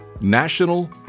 National